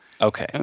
Okay